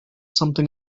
something